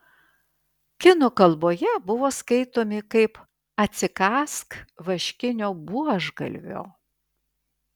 kinų kalboje buvo skaitomi kaip atsikąsk vaškinio buožgalvio